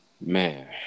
Man